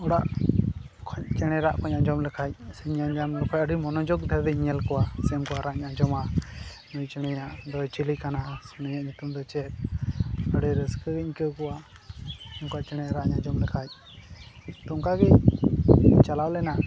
ᱚᱲᱟᱜ ᱠᱷᱚᱱ ᱪᱮᱬᱮ ᱨᱟᱜ ᱠᱚᱧ ᱟᱸᱡᱚᱢ ᱞᱮᱠᱷᱟᱱ ᱥᱮᱧ ᱧᱮᱞ ᱧᱟᱢ ᱞᱮᱠᱚ ᱠᱷᱟᱱ ᱟᱹᱰᱤ ᱢᱚᱱᱚᱡᱳᱜᱽ ᱫᱷᱟᱨᱮ ᱛᱮᱧ ᱧᱮᱞ ᱠᱚᱣᱟ ᱥᱮ ᱩᱱᱠᱩᱣᱟᱜ ᱨᱟᱜ ᱤᱧ ᱟᱸᱡᱚᱢᱟ ᱱᱩᱭ ᱪᱮᱬᱮ ᱫᱚᱭ ᱪᱤᱞᱤ ᱠᱟᱱᱟ ᱱᱩᱭᱟᱜ ᱧᱩᱛᱩᱢ ᱫᱚ ᱪᱮᱫ ᱟᱹᱰᱤ ᱨᱟᱹᱥᱠᱟᱹ ᱜᱮᱧ ᱟᱹᱭᱠᱟᱹᱣ ᱠᱚᱣᱟ ᱚᱱᱠᱟ ᱪᱮᱬᱮ ᱨᱟᱜ ᱤᱧ ᱟᱸᱡᱚᱢ ᱞᱮᱠᱷᱟᱱ ᱚᱱᱠᱟ ᱜᱮ ᱪᱟᱞᱟᱣ ᱞᱮᱱᱟ